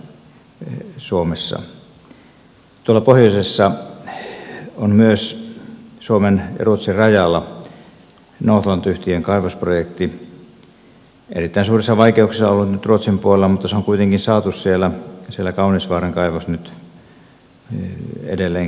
tuolla pohjoisessa on myös suomen ja ruotsin rajalla northland yhtiön kaivosprojekti erittäin suurissa vaikeuksissa ollut nyt ruotsin puolella mutta kaunisvaaran kaivos on kuitenkin saatu siellä nyt edelleenkin toimimaan